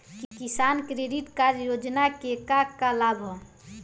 किसान credit card योजना के का का लाभ ह?